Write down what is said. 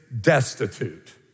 destitute